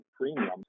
premium